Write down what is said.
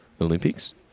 Olympics